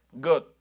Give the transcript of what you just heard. Good